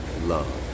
love